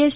S